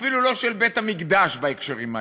אפילו לא של בית-המקדש בהקשרים האלה.